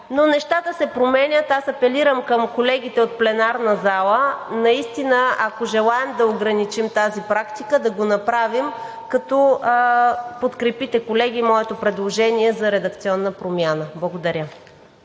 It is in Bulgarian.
но нещата се променят. Аз апелирам към колегите от пленарната зала, ако наистина желаем да ограничим тази практика, да го направим, като подкрепите, колеги, моето предложение за редакционна промяна. Благодаря.